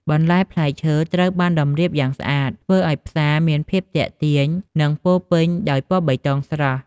បន្លែ ផ្លែឈើ ត្រូវបានតម្រៀបយ៉ាងស្អាត ធ្វើឱ្យផ្សារមានភាពទាក់ទាញ និងពោរពេញដោយពណ៌បៃតងស្រស់។